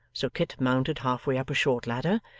so kit mounted half-way up a short ladder,